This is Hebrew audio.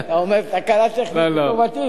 תקלה טכנית לטובתי?